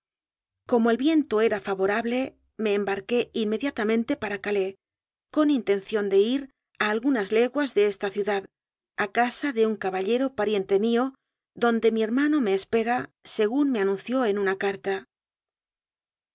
como él viento era fa vorable me embarqué inmediatamente para ca lais con intención de ir a algunas leguas de esta ciudad a casa de un caballero pariente mío don de mi hermano me espera según me anunció en una carta